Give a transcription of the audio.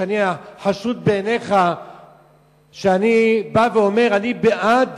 שאני חשוד בעיניך שאני בא ואומר: אני בעד